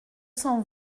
cent